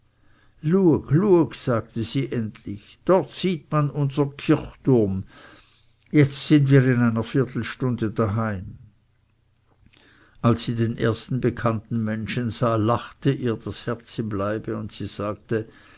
sagte sie endlich dort sieht man unsern kirchturm jetzt sind wir in einer viertelstunde daheim als sie den ersten bekannten menschen sah lachte ihr das herz im leibe und sie sagte